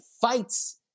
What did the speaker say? Fights